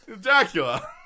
Dracula